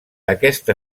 aquesta